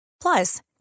Plus